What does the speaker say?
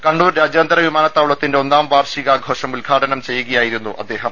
കണ്ണൂർ രാജ്യാന്തര വിമാനത്താവളത്തിൻറെ ഒന്നാം വാർഷികഘോഷം ഉദ്ഘാടനം ചെയ്യുകയായിരുന്നു അദ്ദേഹം